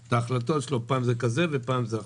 ההחלטות שלו פעם זה כזה ופעם זה אחר.